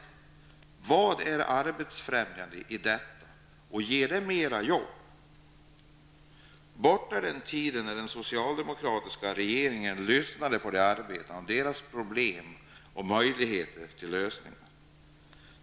Vad är arbetsfrämjande i detta? Ger det mera jobb? Borta är den tid när den socialdemokratiska regeringen lyssnade på de arbetande, på deras problem och på möjligheter till lösningar.